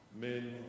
men